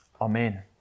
Amen